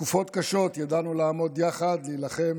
בתקופות קשות ידענו לעמוד יחד, להילחם